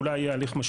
אולי יהיה משמעתי,